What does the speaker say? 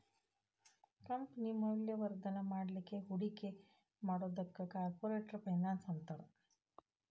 company ಮೌಲ್ಯವರ್ಧನ ಮಾಡ್ಲಿಕ್ಕೆ ಹೂಡಿಕಿ ಮಾಡೊದಕ್ಕ ಕಾರ್ಪೊರೆಟ್ ಫೈನಾನ್ಸ್ ಅಂತಾರ